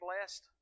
blessed